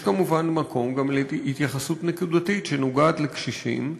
יש כמובן מקום גם להתייחסות נקודתית שנוגעת לקשישים.